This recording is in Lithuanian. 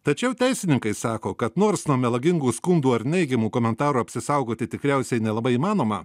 tačiau teisininkai sako kad nors nuo melagingų skundų ar neigiamų komentarų apsisaugoti tikriausiai nelabai įmanoma